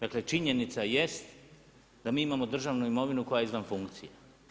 Dakle činjenica jest da mi imamo državnu imovinu koja je izvan funkcije.